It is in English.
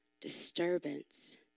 disturbance